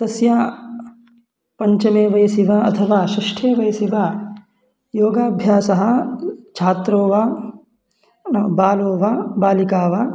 तस्य पञ्चमे वयसि वा अथवा षष्ठे वयसि वा योगाभ्यासः छात्रो वा बालो वा बालिका वा